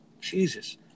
Jesus